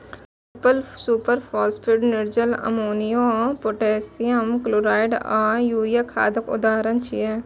triple superphosphate, निर्जल ammonia, potassium chloride आ urea खादक उदाहरण छियै